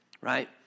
right